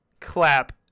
clap